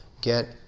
get